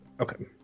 Okay